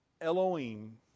Elohim